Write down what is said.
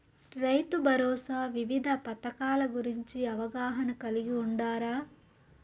రైతుభరోసా వివిధ పథకాల గురించి అవగాహన కలిగి వుండారా?